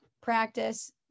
practice